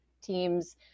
teams